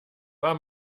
war